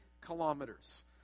kilometers